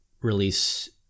release